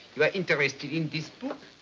you're interested in this book,